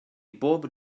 bob